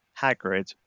hagrid